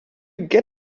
get